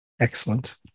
excellent